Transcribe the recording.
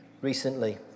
recently